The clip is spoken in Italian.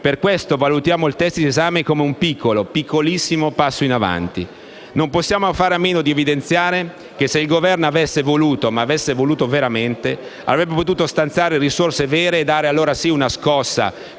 Per questo valutiamo il testo in esame come un piccolo, piccolissimo passo in avanti. Non possiamo fare a meno di evidenziare che, se il Governo avesse voluto (ma avesse voluto veramente), avrebbe potuto stanziare risorse vere e dare - allora sì - una scossa,